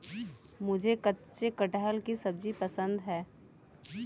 मुझे कच्चे कटहल की सब्जी पसंद है